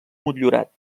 motllurat